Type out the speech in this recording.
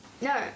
no